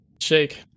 Shake